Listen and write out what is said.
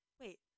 wait